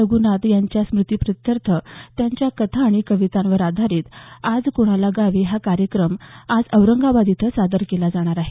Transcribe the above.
रघुनाथ यांच्या स्मृतिप्रीत्यर्थ त्यांच्या कथा आणि कवितांवर आधारित आज कृणाला गावे हा कार्यक्रम आज औरंगाबाद इथं सादर केला जाणार आहे